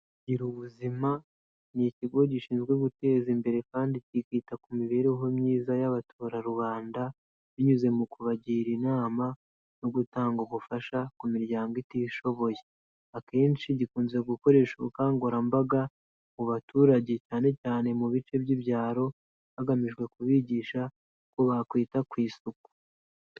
Girubuzima ni ikigo gishinzwe guteza imbere kandi kikita ku mibereho myiza y'abaturararwanda binyuze mu kubagira inama, no gutanga ubufasha ku miryango itishoboye. Akenshi gikunze gukoresha ubukangurambaga mu baturage cyane cyane mu bice by'ibyaro, hagamijwe kubigisha uko bakwita ku isuku.